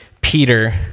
Peter